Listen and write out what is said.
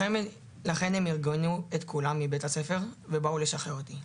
לכן הם ארגנו את כולם מבית הספר ובאו לשחרר אותי.